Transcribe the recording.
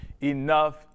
Enough